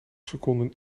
seconden